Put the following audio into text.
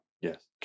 Yes